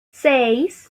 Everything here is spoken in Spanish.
seis